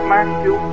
Matthew